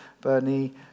Bernie